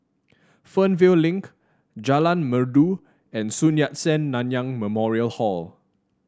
Fernvale Link Jalan Merdu and Sun Yat Sen Nanyang Memorial Hall